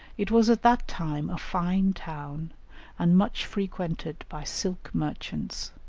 it was at that time a fine town and much frequented by silk-merchants,